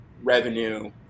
revenue